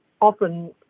often